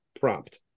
prompt